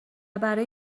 برای